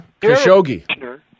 Khashoggi